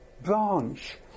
branch